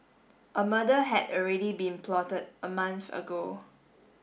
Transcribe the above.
a murder had already been plotted a month ago